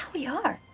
we are.